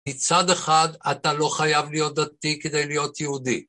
מצד אחד אתה לא חייב להיות דתי כדי להיות יהודי.